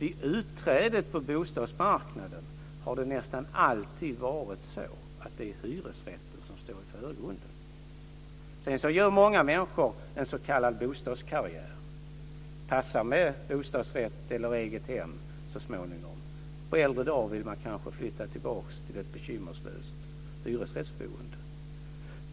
Vid utträdet på bostadsmarknaden har det nästan alltid varit så att det är hyresrätten som står i förgrunden. Sedan gör många människor en s.k. bostadskarriär. Det passar med bostadsrätt eller eget hem så småningom. På äldre dar vill man kanske flytta tillbaka till ett bekymmerslöst hyresrättsboende.